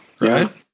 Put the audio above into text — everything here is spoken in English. Right